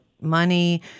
money